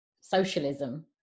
socialism